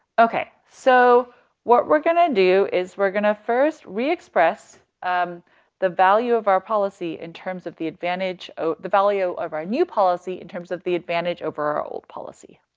so what we're gonna do is we're gonna first re-express um the value of our policy in terms of the advantage oh the value of our new policy in terms of the advantage over our old policy.